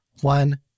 One